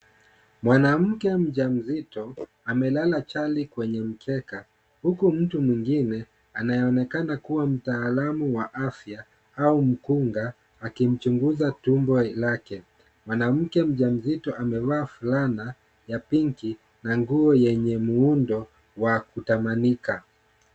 Mwanamke mjamzito, amelala chali kwenye mkeka, huku mtu mwingine anayeonekana kuwa mtaalamu wa afya au mkunga akimchunguza tumbo lake. Mwanamke mjamzito amevaa fulana ya pinki, na nguo yenye muundo wa kutamanika.